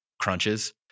crunches